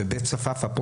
בבית צפאפא,